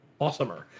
awesomer